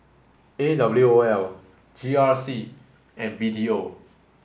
A W O L G R C and B T O